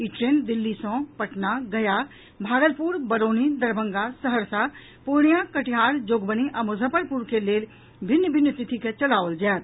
ई train Delhi सँ पटना गया भागलपुर बरौनी दरभंगा सहरसा पूर्णियां कटिहार जोगबनी आ मुजफ्फरपुर के लेल भिन्न भिन्न तिथि के चलाओल जायत